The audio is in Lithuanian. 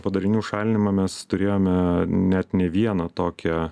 padarinių šalinimą mes turėjome net ne vieną tokią